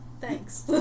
Thanks